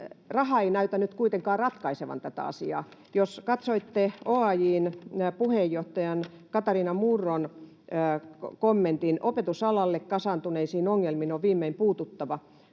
Raha ei näytä nyt kuitenkaan ratkaisevan tätä asiaa. Jos katsoitte OAJ:n puheenjohtajan Katariina Murron kommentin ”Opetusalalle kasaantuneisiin ongelmiin on viimein puututtava”,